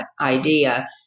idea